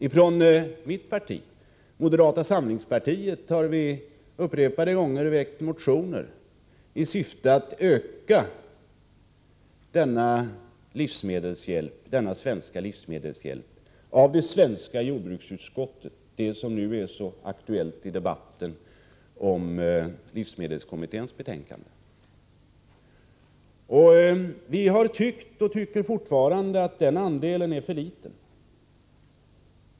Ifrån mitt parti, moderata samlingspartiet, har vi upprepade gånger väckt motioner i syfte att öka denna svenska livsmedelshjälp genom det svenska jordbruksöverskottet, som nu är så aktuellt i debatten om livsmedelskommitténs betänkande. Vi har tyckt och tycker fortfarande att den andelen är för liten.